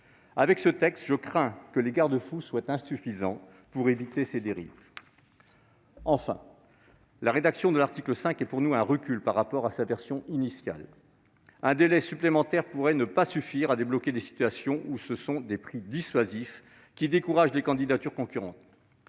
Avec ce texte, je crains que les garde-fous ne soient insuffisants pour éviter ces dérives. Enfin, la rédaction de l'article 5 est pour nous un recul par rapport à sa version initiale : un délai supplémentaire pourrait ne pas suffire à débloquer des situations où ce sont des prix dissuasifs qui découragent les candidatures concurrentes.